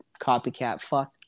copycat